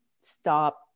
stop